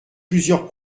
plusieurs